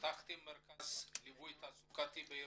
פתחתם מרכז ליווי תעסוקתי בירושלים,